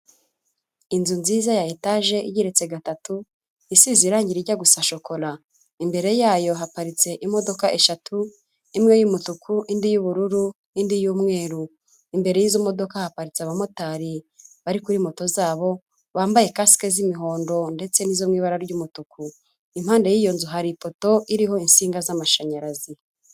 Inzu nziza ya etaje igeretse gatatu isize irangira ijya gusa shokora, imbere yayo haparitse imodoka eshatu, imwe y'umutuku, indi y'ubururu, indi y'umweru, imbere y'izo modoka haparitse abamotari, bari kuri moto zabo bambaye kasike z'imihondo, ndetse n'iz'ibara ry'umutuku, impande y'iyo nzu hari ipoto iriho insinga z'amashanyarazi.